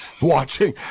watching